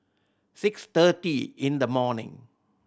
six thirty in the morning